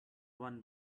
one